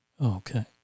Okay